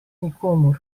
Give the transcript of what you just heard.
nikomur